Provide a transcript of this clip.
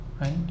right